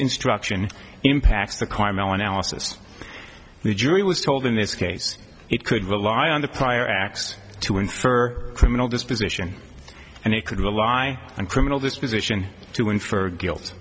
instruction impacts the carmel analysis the jury was told in this case it could rely on the prior acts to infer criminal disposition and it could rely on criminal disposition to in for guilt